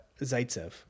Zaitsev